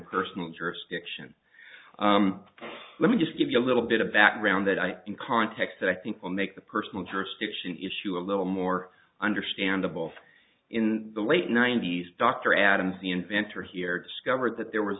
personal jurisdiction let me just give you a little bit of background that i in context that i think will make the personal jurisdiction issue a little more understandable in the late ninety's dr adams the inventor here discovered that there w